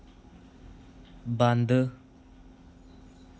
बंद